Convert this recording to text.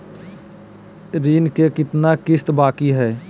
ऋण के कितना किस्त बाकी है?